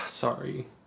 Sorry